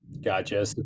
Gotcha